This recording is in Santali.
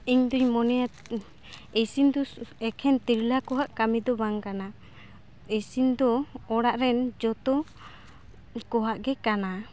ᱤᱧ ᱫᱩᱧ ᱢᱚᱱᱮᱭᱟ ᱤᱥᱤᱱ ᱫᱚ ᱮᱠᱷᱮᱱ ᱛᱤᱨᱞᱟᱹ ᱠᱚᱣᱟᱜ ᱠᱟᱹᱢᱤ ᱫᱚ ᱵᱟᱝ ᱠᱟᱱᱟ ᱤᱥᱤᱱ ᱫᱚ ᱚᱲᱟᱜ ᱨᱮᱱ ᱡᱚᱛᱚ ᱠᱚᱣᱟᱜ ᱜᱮ ᱠᱟᱱᱟ